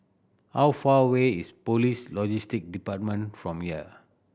how far away is Police Logistics Department from here